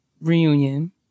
reunion